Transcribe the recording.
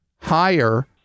higher